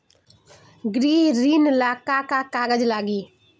गृह ऋण ला का का कागज लागी?